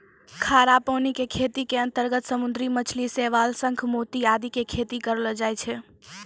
खारा पानी के खेती के अंतर्गत समुद्री मछली, शैवाल, शंख, मोती आदि के खेती करलो जाय छै